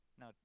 no